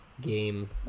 game